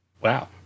Wow